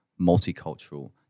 multicultural